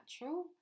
natural